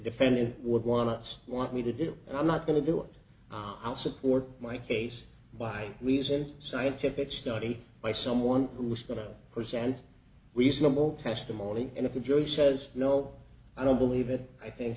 defendant would want us want me to do i'm not going to do an hour i'll support my case by reason scientific study by someone who's going to present reasonable testimony and if the jury says no i don't believe it i think